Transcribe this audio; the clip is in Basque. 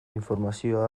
informazioa